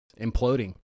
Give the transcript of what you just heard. imploding